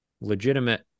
legitimate